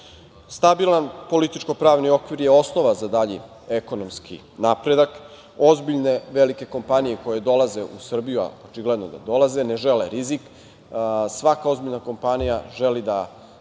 odluka. Stabilan političko-pravni okvir je osnova za dalji ekonomski napredak. Ozbiljne velike kompanije koje dolaze u Srbiju, a očigledno je da dolaze, ne žele rizik. Svaka ozbiljna kompanija želi da